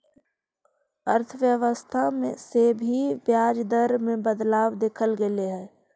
अर्थव्यवस्था से भी ब्याज दर में बदलाव देखल गेले हइ